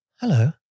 Hello